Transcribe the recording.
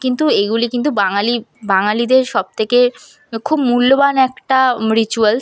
কিন্তু এইগুলি কিন্তু বাঙালি বাঙালিদের সব থেকে খুব মূল্যবান একটা রিচুয়ালস